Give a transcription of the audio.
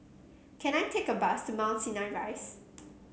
can I take a bus to Mount Sinai Rise